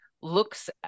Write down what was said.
looks